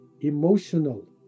emotional